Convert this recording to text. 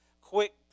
quick